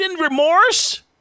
remorse